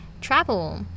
travel